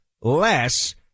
less